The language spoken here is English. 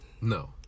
No